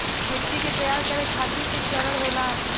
मिट्टी के तैयार करें खातिर के चरण होला?